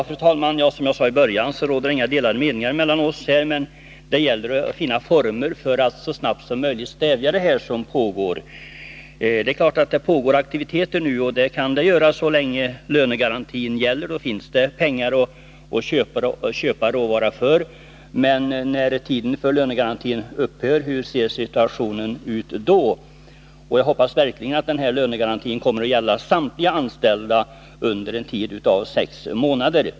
Fru talman! Som jag sade tidigare råder det inga delade meningar mellan oss. Men det gäller att så snart som möjligt finna former för att stävja det som pågår. Det förekommer nu aktiviteter, och det kan det göra så länge lönegarantin gäller — då finns det pengar att köpa råvara för. Men hur kommer situationen att se ut när lönegarantin upphör? Jag hoppas verkligen Nr 65 att den här lönegarantin kommer att gälla samtliga anställda under en tid av sex månader.